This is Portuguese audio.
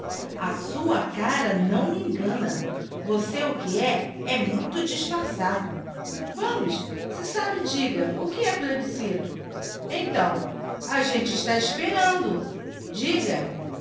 a sua cara não me engana você o que é é muito disfarçado vamos se sabe diga o que é pieuscito então a gente está esperando diga